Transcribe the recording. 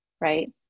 right